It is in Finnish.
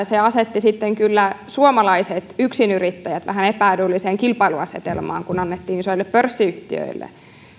se asetti sitten kyllä suomalaiset yksinyrittäjät vähän epäedulliseen kilpailuasetelmaan kun annettiin isoille pörssiyhtiöille